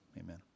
Amen